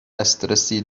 دسترسی